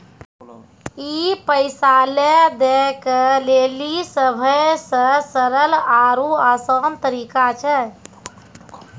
ई पैसा लै दै के लेली सभ्भे से सरल आरु असान तरिका छै